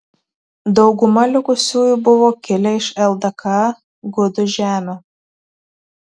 dauguma likusiųjų buvo kilę iš ldk gudų žemių